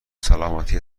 سلامتی